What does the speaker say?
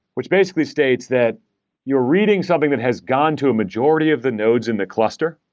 which basically states that you're reading something that has gone to a majority of the nodes in the cluster,